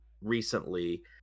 recently